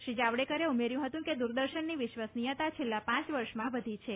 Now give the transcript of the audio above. શ્રી જાવડેકરે ઉમેર્યું હતું કે દૂરદર્શનની વિશ્વાસનિયતા છેલ્લા પ વર્ષમાં વધી છે